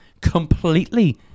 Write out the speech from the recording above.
completely